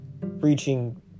reaching